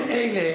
מקרים אלה